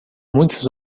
muitos